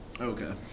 Okay